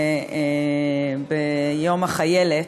ביום החיילת,